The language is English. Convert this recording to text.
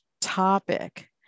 topic